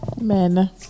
men